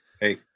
hey